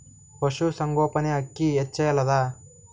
ಪಶುಸಂಗೋಪನೆ ಅಕ್ಕಿ ಹೆಚ್ಚೆಲದಾ?